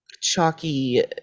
chalky